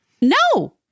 No